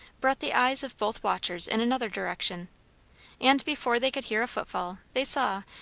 brought the eyes of both watchers in another direction and before they could hear a footfall, they saw,